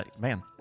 Man